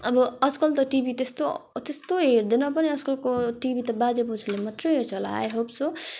अब आजकल त टिभी त्यस्तो त्यस्तो हेर्दैन पनि आजकलको टिभी त बाजे बज्यूले मात्रै हेर्छ होला आई होप सो